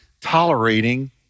tolerating